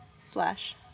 slash